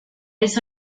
eso